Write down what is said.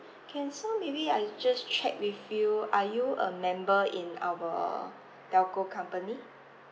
can so maybe I just check with you are you a member in our telco company